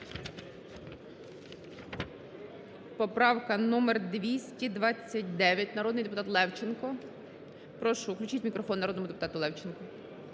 Поправка номер 229, народний депутат Левченко. Прошу, включіть мікрофон народному депутату Левченку.